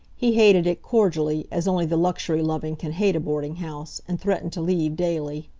he hated it cordially, as only the luxury-loving can hate a boarding-house, and threatened to leave daily.